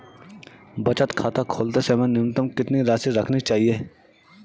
बचत खाता खोलते समय न्यूनतम कितनी राशि रखनी चाहिए?